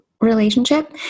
relationship